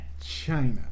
China